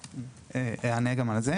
אני אענה גם על זה.